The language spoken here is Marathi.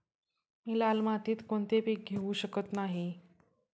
मी लाल मातीत कोणते पीक घेवू शकत नाही?